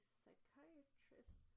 psychiatrist